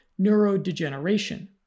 neurodegeneration